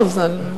אותך.